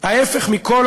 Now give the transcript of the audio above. ההפך מכל